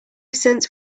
cents